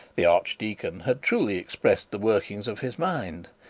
the archdeacon had truly expressed the workings of his mind.